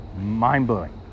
mind-blowing